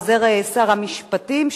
עוזר שר המשפטים,